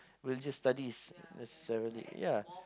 religious studies necessarily ya